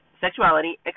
sexuality